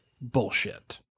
bullshit